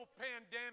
pandemic